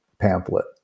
pamphlet